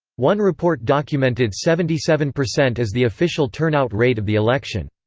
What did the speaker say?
one report documented seventy seven percent as the official turnout rate of the election.